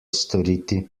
storiti